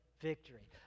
victory